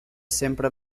sempre